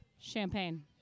Champagne